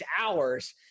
hours